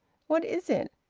what is it?